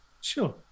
sure